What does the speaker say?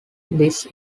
this